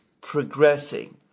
progressing